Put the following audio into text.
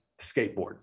skateboard